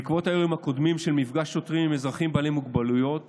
בעקבות האירועים הקודמים של מפגש שוטרים עם אזרחים בעלי מוגבלויות